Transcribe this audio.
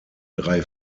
drei